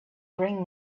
bring